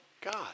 God